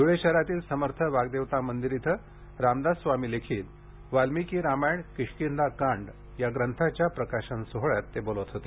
धुळे शहरातील समर्थ वाग्देवता मंदिर इथं रामदास स्वामी लिखित वाल्मिकी रामायण किष्किंधाकांड या ग्रंथाच्या प्रकाशन सोहळ्यात ते बोलत होते